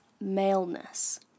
maleness